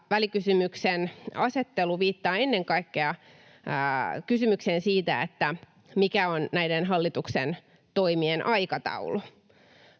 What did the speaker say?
välikysymyksen asettelu viittaavat ennen kaikkea kysymykseen siitä, mikä on näiden hallituksen toimien aikataulu.